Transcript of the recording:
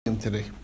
Today